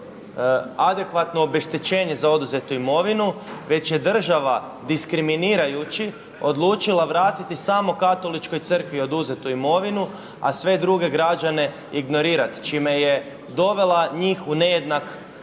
adekvatno obeštećenje za oduzetu imovinu već je država diskriminirajući odlučila vratiti samo katoličkoj crkvi oduzetu imovinu, a sve druge građane ignorirat čime je dovela njih u nejednak